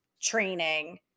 training